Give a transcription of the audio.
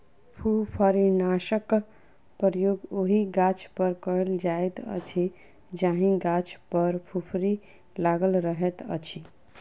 फुफरीनाशकक प्रयोग ओहि गाछपर कयल जाइत अछि जाहि गाछ पर फुफरी लागल रहैत अछि